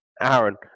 aaron